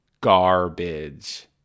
garbage